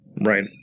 Right